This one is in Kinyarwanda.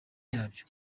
yabyo